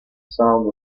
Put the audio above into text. sound